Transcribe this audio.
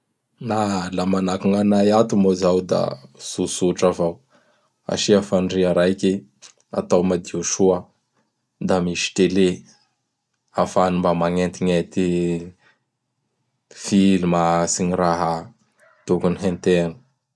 Laha manahaky gn' anay ato moa zao da tsotsotra avao. Asia fandria raiky, atao madio soa; da misy tele afahany mba magnetignety filma sy gny raha tokony henteany.